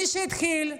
מי שהתחיל,